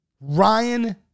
Ryan